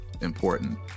important